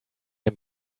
dem